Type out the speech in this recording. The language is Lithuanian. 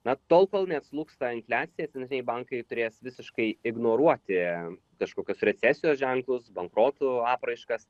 na tol kol neatslūgs ta infliacija centriniai bankai turės visiškai ignoruoti kažkokius recesijos ženklus bankrotų apraiškas